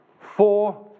four